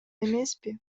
эмеспи